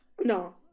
no